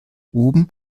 oben